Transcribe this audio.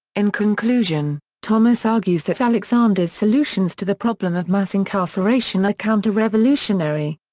in conclusion, thomas argues that alexander's solutions to the problem of mass incarceration are counterrevolutionary.